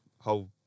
whole